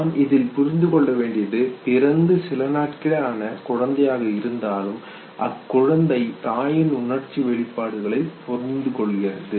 நாம் இதில் புரிந்துகொள்ள வேண்டியது பிறந்து சில நாட்களே ஆன குழந்தையாக இருந்தாலும் அக்குழந்தை தாயின் உணர்ச்சி வெளிப்பாடுகளை புரிந்து கொள்கிறது